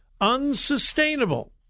Unsustainable